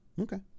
Okay